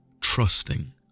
trusting